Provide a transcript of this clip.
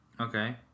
okay